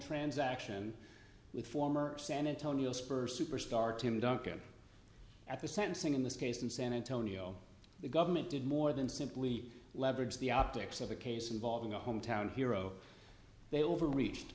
transaction with former san antonio spurs superstar tim duncan at the sentencing in this case in san antonio the government did more than simply leverage the optics of a case involving a hometown hero they overreached